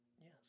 Yes